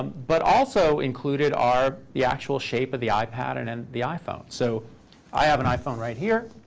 but also included are the actual shape of the eye pattern in the iphone. so i have an iphone right here.